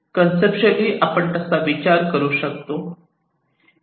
conceptually आपण तसा विचार करू शकतो